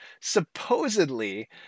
Supposedly